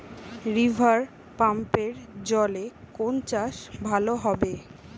রিভারপাম্পের জলে কোন চাষ ভালো হবে?